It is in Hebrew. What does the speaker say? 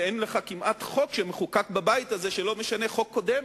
ואין לך כמעט חוק שמחוקק בבית הזה לא משנה חוק קודם.